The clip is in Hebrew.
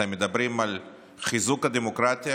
אתם מדברים על חיזוק הדמוקרטיה,